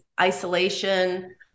isolation